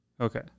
okay